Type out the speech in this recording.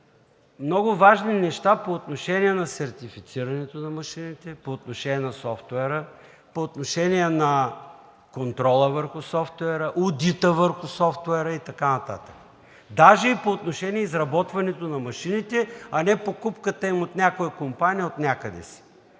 много важни неща по отношение на сертифицирането на машините, по отношение на софтуера, по отношение на контрола върху софтуера, одита върху софтуера, даже по отношение на изработването на машините, а не покупката им от някоя компания отнякъде си,